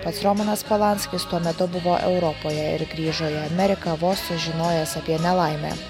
pats romanas polanskis tuo metu buvo europoje ir grįžo į ameriką vos sužinojęs apie nelaimę